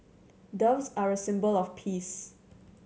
doves are a symbol of peace